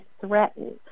threatened